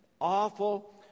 awful